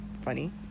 funny